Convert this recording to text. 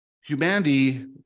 Humanity